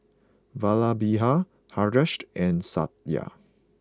Vallabhbhai Hareshed and Satya